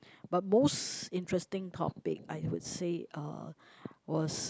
but most interesting topic I would say uh was